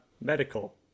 medical